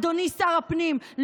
אדוני שר הפנים,